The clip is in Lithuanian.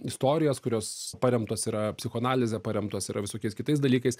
istorijos kurios paremtos yra psichoanalize paremtos yra visokiais kitais dalykais